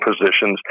positions